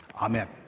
Amen